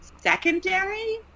secondary